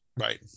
Right